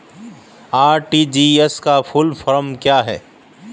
RTGS का full form क्या है?